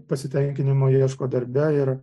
pasitenkinimo ieško darbe ir